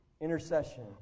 Intercession